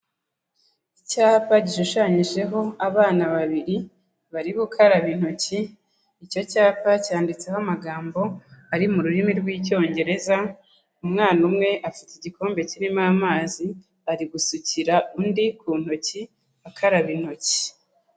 Icyapa gishushanyijeho abana babiri bari gukaraba intoki, icyo cyapa cyanditseho amagambo ari mu rurimi rw'icyongereza, umwana umwe afite igikombe kirimo amazi, ari gusukira undi ku ntoki akaraba intoki.